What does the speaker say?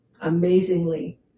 amazingly